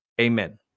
Amen